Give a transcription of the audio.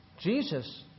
Jesus